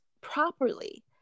properly